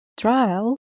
Trial